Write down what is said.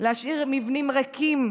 להשאיר מבנים ריקים,